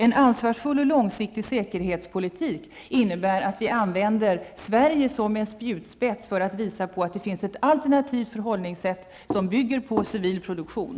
En ansvarsfull och långsiktig säkerhetspolitik innebär att vi använder Sverige som en spjutspets för att visa att det finns ett alternativt förhållningssätt som bygger på civil produktion.